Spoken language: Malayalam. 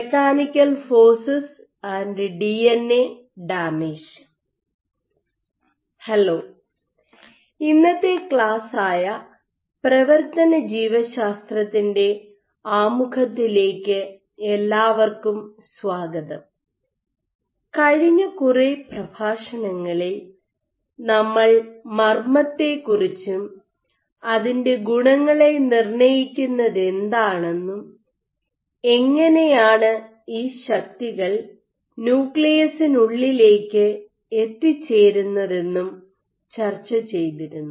mechanical forces D N A damage hello ഇന്നത്തെ ക്ലാസ് ആയ പ്രവർത്തന ജീവശാസ്ത്രത്തിൻ്റെ മെക്കാനോബയോളജിയുടെ ആമുഖത്തിലേക്ക് എല്ലാവർക്കും സ്വാഗതം കഴിഞ്ഞ കുറേ പ്രഭാഷണങ്ങളിൽ നമ്മൾ മർമ്മത്തെക്കുറിച്ചും അതിൻ്റെ ഗുണങ്ങളെ നിർണ്ണയിക്കുന്നതെന്താണെന്നും എങ്ങനെയാണ് ഈ ശക്തികൾ ന്യൂക്ലിയസിനുള്ളിലേക്ക് എത്തിച്ചേരുന്നതെന്നും ചർച്ച ചെയ്തിരുന്നു